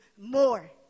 more